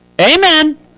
Amen